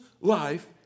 life